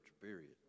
period